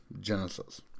Genesis